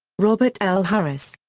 robert l. harris.